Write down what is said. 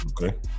Okay